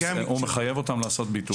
הוא מחייב אותם לעשות ביטוח.